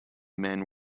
men